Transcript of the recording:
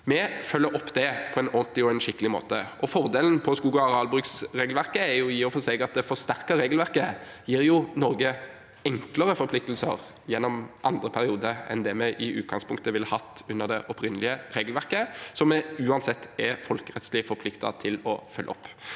Vi følger opp det på en ordentlig og skikkelig måte. Fordelen med skog- og arealbruksregelverket er i og for seg at det forsterkede regelverket gir Norge enklere forpliktelser gjennom andre periode enn det vi i utgangspunktet ville hatt under det opprinnelige regelverket, som vi uansett er folkerettslig forpliktet til å følge opp.